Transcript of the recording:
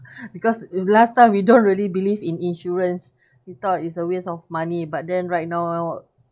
because if last time we don't really believe in insurance we thought it's a waste of money but then right now